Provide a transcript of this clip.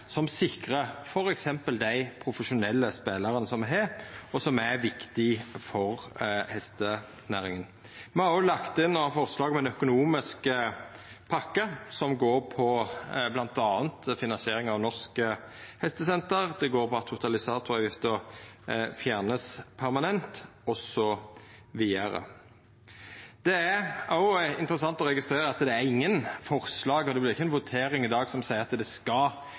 som sikrar f.eks. dei profesjonelle spelarane me har, og som er viktige for hestenæringa. Me har òg lagt inn og har forslag om ein økonomisk pakke som går på bl.a. finansiering av Norsk Hestesenter, og at totalisatoravgifta vert fjerna permanent. Det er òg interessant å registrera at det ikkje er nokon forslag om, og det vert ikkje ei votering i dag som seier at det skal